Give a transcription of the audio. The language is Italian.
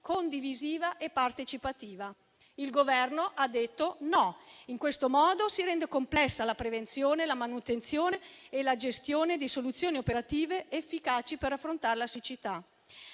condivisiva e partecipativa. Il Governo ha detto no. In questo modo si rendono complesse la prevenzione, la manutenzione e la gestione di soluzioni operative efficaci per affrontare la siccità.